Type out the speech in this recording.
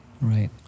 Right